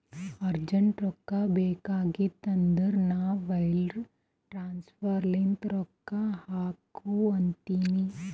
urgent ರೊಕ್ಕಾ ಬೇಕಾಗಿತ್ತಂದ್ರ ನಾ ವೈರ್ ಟ್ರಾನ್ಸಫರ್ ಲಿಂತೆ ರೊಕ್ಕಾ ಹಾಕು ಅಂತಿನಿ